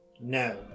no